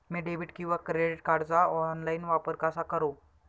मी debit किंवा credit कार्डचा online वापर कसा करु?